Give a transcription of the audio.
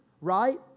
right